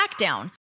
SmackDown